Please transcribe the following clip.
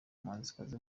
umuhanzikazi